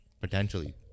potentially